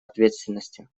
ответственностью